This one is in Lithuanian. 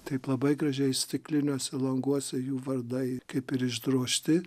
taip labai gražiai stikliniuose languose jų vardai kaip ir išdrožti